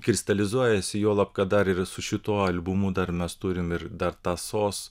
kristalizuojasi juolab kad dar ir su šituo albumu dar mes turim ir dar tąsos